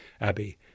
Abbey